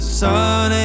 sun